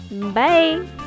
bye